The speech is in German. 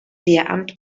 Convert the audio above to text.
lehramt